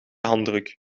handdruk